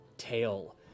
tail